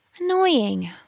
Annoying